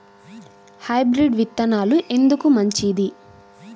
Hybrid విత్తనాలు ఎందుకు మంచిది?